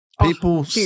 People